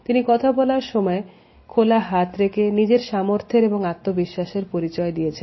তিনি কথা বলার সময় খোলা হাত রেখে নিজের সামর্থের এবং আত্মবিশ্বাসের পরিচয় দিয়েছেন